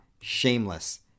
shameless